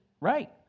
right